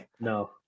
no